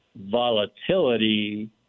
volatility